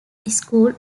school